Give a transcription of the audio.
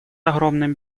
огромным